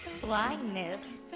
Blindness